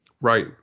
Right